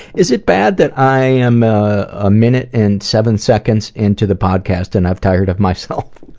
is it bad that i am a minute and seven seconds into the podcast and i've tired of myself?